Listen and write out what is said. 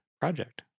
project